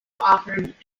offered